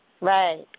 Right